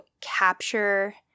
capture